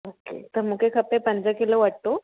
ओ के त मूंखे खपे पंज किलो अटो